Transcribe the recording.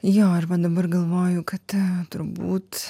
jo ir va dabar galvoju kad turbūt